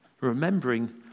Remembering